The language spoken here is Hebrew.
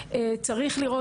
והזמן הוא קריטי.